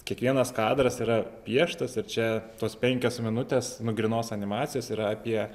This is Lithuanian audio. kiekvienas kadras yra pieštas ir čia tos penkios minutės nu grynos animacijos yra apie